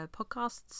Podcasts